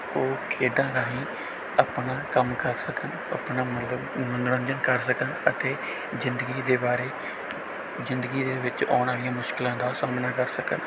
ਉਹ ਖੇਡਾਂ ਰਾਹੀਂ ਆਪਣਾ ਕੰਮ ਕਰ ਸਕਣ ਆਪਣਾ ਮਤਲਬ ਮਨੋਰੰਜਨ ਕਰ ਸਕਣ ਅਤੇ ਜ਼ਿੰਦਗੀ ਦੇ ਬਾਰੇ ਜ਼ਿੰਦਗੀ ਦੇ ਵਿੱਚ ਆਉਣ ਵਾਲੀਆਂ ਮੁਸ਼ਕਿਲਾਂ ਦਾ ਸਾਹਮਣਾ ਕਰ ਸਕਣ